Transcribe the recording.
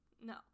no